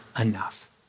enough